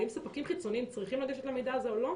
האם ספקים חיצוניים צריכים לגשת למידע הזה או לא,